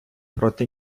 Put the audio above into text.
проти